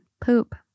poop